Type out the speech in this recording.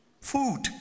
food